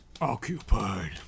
Occupied